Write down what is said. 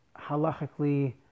halachically